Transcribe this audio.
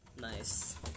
Nice